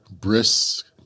Brisk